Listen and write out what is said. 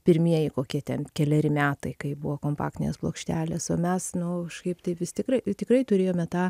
pirmieji kokie ten keleri metai kai buvo kompaktinės plokštelės o mes nu kažkaip tai vis tikrai tikrai turėjome tą